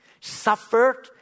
suffered